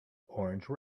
orange